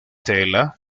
tella